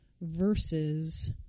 Versus